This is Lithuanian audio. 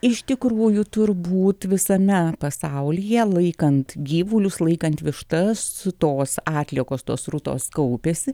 iš tikrųjų turbūt visame pasaulyje laikant gyvulius laikant vištas su tos atliekos tos srutos kaupiasi